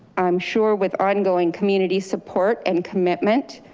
i'm sure with ongoing community support and commitment,